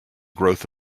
growth